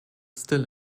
still